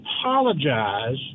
apologize